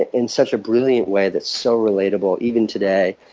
in such a brilliant way that's so relatable, even today,